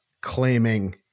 claiming